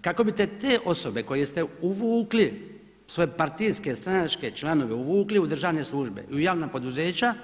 kako biste te osobe koje ste uvukli u svoje partijske, stranačke članove uvukli u državne službe i u javna poduzeća